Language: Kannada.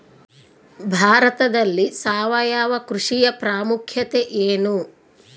ಭಾರತದಲ್ಲಿ ಸಾವಯವ ಕೃಷಿಯ ಪ್ರಾಮುಖ್ಯತೆ ಎನು?